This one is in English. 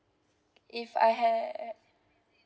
if I have